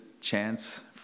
chance